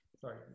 Sorry